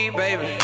baby